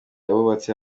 abubatse